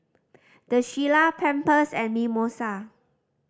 The Shilla Pampers and Mimosa